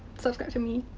subscribe to me,